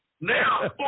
now